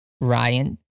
Ryan